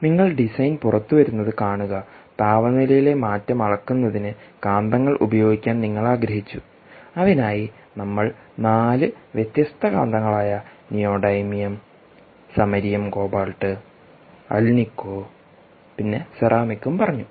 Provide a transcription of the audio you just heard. നിങ്ങൾ ഡിസൈൻ പുറത്തുവരുന്നത് കാണുക താപനിലയിലെ മാറ്റം അളക്കുന്നതിന് കാന്തങ്ങൾ ഉപയോഗിക്കാൻ നിങ്ങൾ ആഗ്രഹിച്ചു അതിനായി നമ്മൾ നാല് വ്യത്യസ്ത കാന്തങ്ങളായ നിയോഡീമിയം സമരിയം കോബാൾട്ട് അൽനിക്കോയും പിന്നെ സെറാമിക്കും പറഞ്ഞു